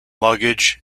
luggage